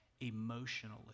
emotionally